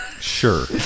Sure